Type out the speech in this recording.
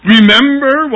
Remember